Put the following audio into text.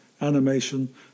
animation